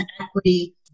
equity